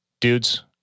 Dudes